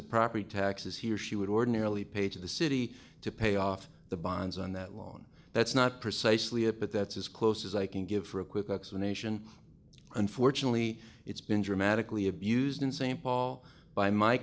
the property taxes he or she would ordinarily page of the city to pay off the bonds on that lawn that's not precisely it but that's as close as i can give for a quick explanation unfortunately it's been dramatically abused in st paul by my